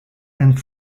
and